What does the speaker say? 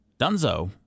Dunzo